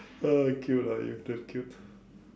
Aqilah you just killed